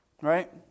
right